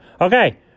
Okay